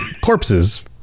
corpses